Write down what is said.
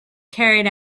carried